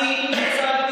עם אנשים שאינם דתיים,